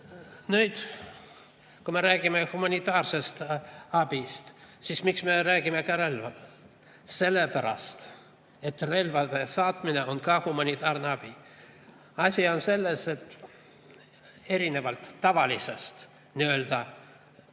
nüüd, kui me räägime humanitaarsest abist, siis miks me räägime ka relvadest? Sellepärast, et relvade saatmine on ka humanitaarabi. Asi on selles, et erinevalt tavalisest, nii-öelda